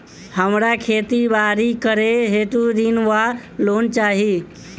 हमरा खेती बाड़ी करै हेतु ऋण वा लोन चाहि?